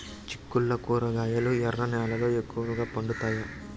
చిక్కుళ్లు కూరగాయలు ఎర్ర నేలల్లో ఎక్కువగా పండుతాయా